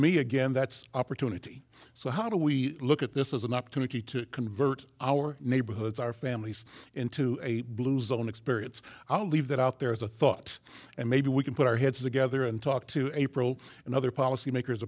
me again that's opportunity so how do we look at this as an opportunity to convert our neighborhoods our families into a blue zone experience i'll leave that out there as a thought and maybe we can put our heads together and talk to april and other policy makers